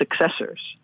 successors